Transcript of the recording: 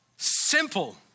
simple